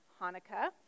Hanukkah